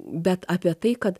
bet apie tai kad